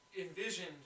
Envisioned